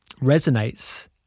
resonates